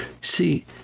see